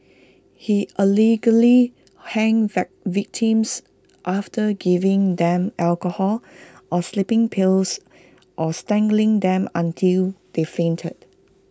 he allegedly hanged victims after giving them alcohol or sleeping pills or strangling them until they fainted